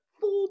Four